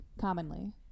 commonly